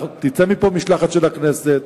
תצא מפה משלחת של הכנסת,